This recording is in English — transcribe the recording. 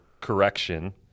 correction